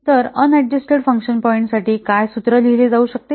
तर unadjusted function point साठी काय सूत्र लिहिले जाऊ शकते